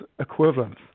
equivalence